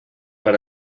per